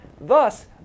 Thus